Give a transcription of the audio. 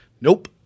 Nope